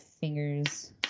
fingers